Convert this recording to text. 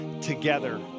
together